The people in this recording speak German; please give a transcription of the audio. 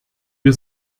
wir